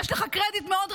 יש לך קרדיט מאוד רציני.